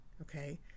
okay